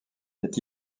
est